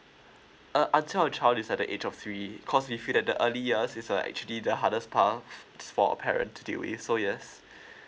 uh until your child is at the age of three cause we feel that the early years is uh actually the hardest part for parent to deal it so yes